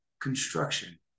construction